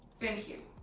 bthank you.